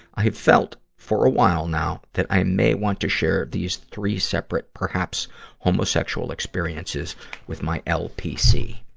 i've felt, for a while now, that i may want to share these three separate, perhaps homosexual experiences with my lpc.